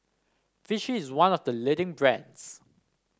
Vichy is one of the leading brands